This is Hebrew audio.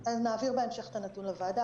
נעביר בהמשך את הנתון לוועדה,